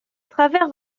travers